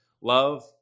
Love